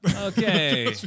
Okay